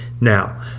Now